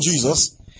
Jesus